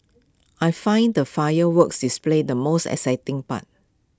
I find the fireworks display the most exciting part